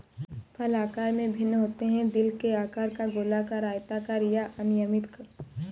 फल आकार में भिन्न होते हैं, दिल के आकार का, गोलाकार, आयताकार या अनियमित